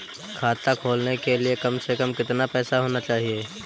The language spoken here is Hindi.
खाता खोलने के लिए कम से कम कितना पैसा होना चाहिए?